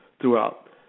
throughout